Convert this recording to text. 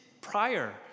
prior